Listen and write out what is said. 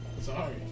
sorry